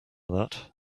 that